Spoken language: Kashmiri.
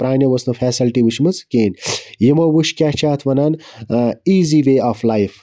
پرانیٚو ٲسۍ نہٕ فیسَلٹی وٕچھمٕژ کِہیٖنۍ یِمو وٕچھ کیاہ چھِ اتھ وَنان ایٖزی وے آف لایف